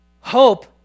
Hope